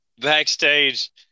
backstage